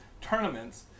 tournaments